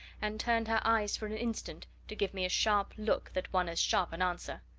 and turned her eyes for an instant to give me a sharp look that won as sharp an answer.